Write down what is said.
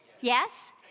Yes